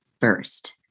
first